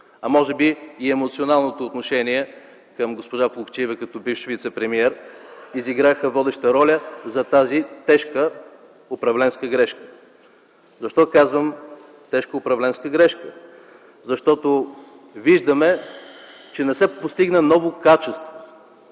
а може би и емоционалното отношение към госпожа Плугчиева като бивш вицепремиер изиграха водеща роля за тази тежка управленска грешка. Защо казвам тежка управленска грешка? Защото виждаме, че не се постигна ново качество